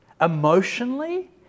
emotionally